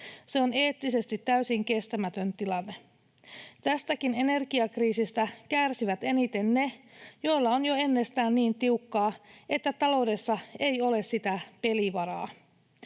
Se on eettisesti täysin kestämätön tilanne. Tästäkin energiakriisistä kärsivät eniten ne, joilla on jo ennestään niin tiukkaa, että taloudessa ei ole pelivaraa.